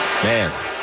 Man